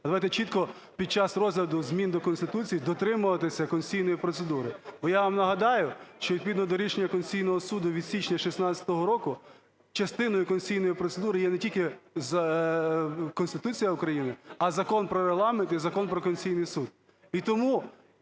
давайте чітко під час розгляду змін до Конституції дотримуватися конституційної процедури. Бо я вам нагадаю, що відповідно до рішення Конституційного Суду від січня 2016 року частиною конституційної процедури є не тільки Конституція України, а Закон про Регламент і Закон про Конституційний Суд.